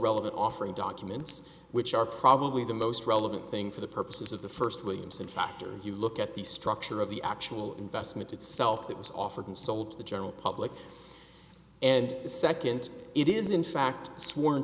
relevant offering documents which are probably the most relevant thing for the purposes of the first williamson chapters you look at the structure of the actual investment itself that was offered and sold to the general public and second it is in fact sworn